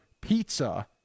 pizza